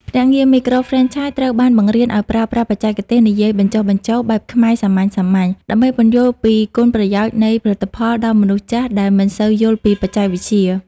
ភ្នាក់ងារមីក្រូហ្វ្រេនឆាយត្រូវបានបង្រៀនឱ្យប្រើប្រាស់ "បច្ចេកទេសនិយាយបញ្ចុះបញ្ចូល" បែបខ្មែរសាមញ្ញៗ ដើម្បីពន្យល់ពីគុណប្រយោជន៍នៃផលិតផលដល់មនុស្សចាស់ដែលមិនសូវយល់ពីបច្ចេកវិទ្យា។